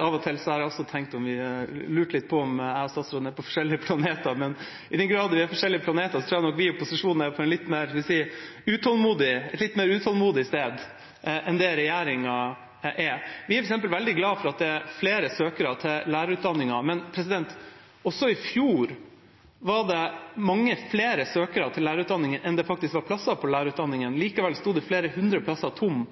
Av og til har jeg også lurt på om statsråden og jeg er på forskjellige planeter. I den grad vi er på forskjellige planeter, tror jeg vi i opposisjonen er på et litt mer utålmodig sted enn det regjeringa er. Vi er f.eks. veldig glade for at det er flere søkere til lærerutdanningen. Men også i fjor var det mange flere søkere til lærerutdanningen enn det faktisk var plasser. Likevel sto flere hundre plasser tomme